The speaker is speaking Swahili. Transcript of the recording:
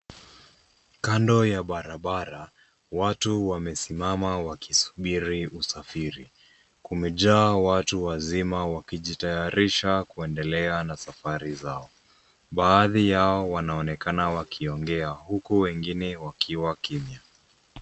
Kando ya barabara watu wamesimama wakisubiri usafiri. Kumejaa watu wazima wakijitayarisha kuendelea na safari zao. Baadhi yao wanaonekana wakiongea huku wengine wakiwa kimya.